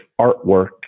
artwork